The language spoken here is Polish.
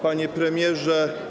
Panie Premierze!